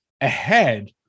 ahead